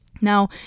Now